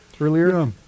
earlier